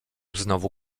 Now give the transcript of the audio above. znowu